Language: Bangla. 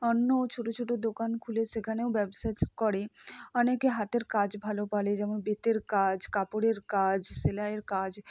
অন্য ছোট ছোট দোকান খুলে সেখানেও ব্যবসা করে অনেকে হাতের কাজ ভালো পারে যেমন বেতের কাজ কাপড়ের কাজ সেলাইয়ের কাজ